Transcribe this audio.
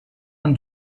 are